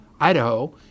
Idaho